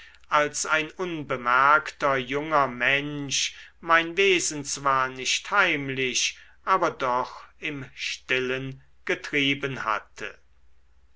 als ein unbemerkter junger mensch mein wesen zwar nicht heimlich aber doch im stillen getrieben hatte